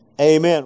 amen